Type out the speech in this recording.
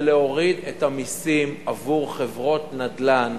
זה להוריד את המסים עבור חברות נדל"ן,